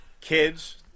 kids